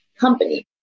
company